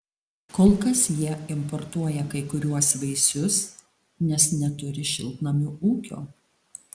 kol kas jie importuoja kai kuriuos vaisius nes neturi šiltnamių ūkio